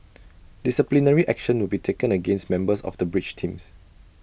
disciplinary action will be taken against members of the bridge teams